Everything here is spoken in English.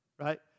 right